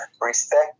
Respect